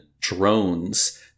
drones